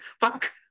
fuck